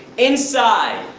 inside,